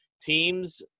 teams